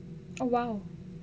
oh !wow!